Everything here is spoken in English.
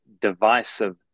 divisive